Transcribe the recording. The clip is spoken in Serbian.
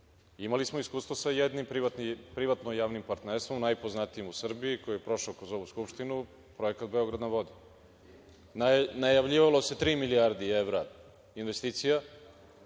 Imali smo iskustvo sa jednim privatno-javnim partnerstvom, najpoznatije u Srbiji, koje je prošlo kroz ovu Skupštinu, projekat „Beograd na vodi“. Najavljivalo se tri milijarde evra investicija